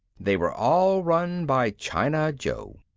they were all run by china joe.